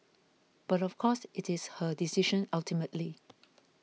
but of course it is her decision ultimately